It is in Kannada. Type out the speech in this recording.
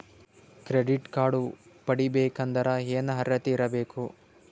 ಕ್ರೆಡಿಟ್ ಕಾರ್ಡ್ ಪಡಿಬೇಕಂದರ ಏನ ಅರ್ಹತಿ ಇರಬೇಕು?